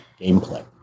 gameplay